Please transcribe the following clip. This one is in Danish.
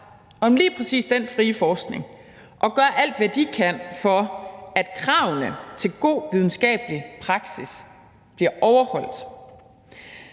om lige præcis den frie forskning og gør alt, hvad de kan, for, at kravene til god videnskabelig praksis bliver overholdt.